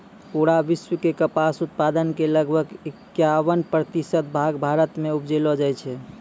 पूरा विश्व के कपास उत्पादन के लगभग इक्यावन प्रतिशत भाग भारत मॅ उपजैलो जाय छै